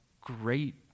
great